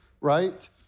right